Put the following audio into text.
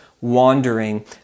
wandering